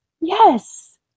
Yes